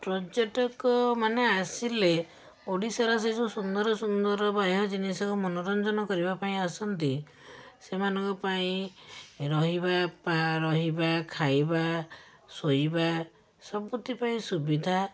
ପର୍ଯ୍ୟଟକମାନେ ଆସିଲେ ଓଡ଼ିଶାର ସେ ଯେଉଁ ସୁନ୍ଦର ସୁନ୍ଦର ବାହ୍ୟ ଜିନିଷକୁ ମନୋରଞ୍ଜନ କରିବାପାଇଁ ଆସନ୍ତି ସେମାନଙ୍କପାଇଁ ରହିବା ରହିବା ଖାଇବା ଶୋଇବା ସବୁଥିପାଇଁ ସୁବିଧା